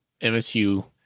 MSU